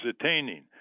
attaining